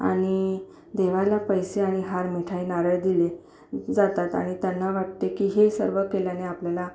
आणि देवाला पैसे आणि हार मिठाई नारळ दिले जातात आणि त्यांना वाटते की हे सर्व केल्याने आपल्याला